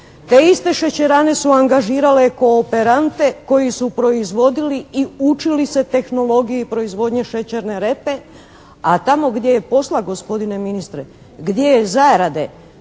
Te iste šećerane su angažirale kooperante koji su proizvodili i učili se tehnologiji proizvodnje šećerne repe, a tamo gdje je posla gospodine ministre, gdje je zarade,